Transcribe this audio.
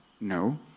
no